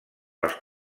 les